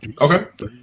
Okay